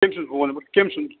کٔمۍ سُنٛد phone number کٔمۍ سُنٛد